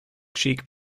cheek